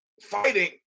Fighting